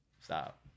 stop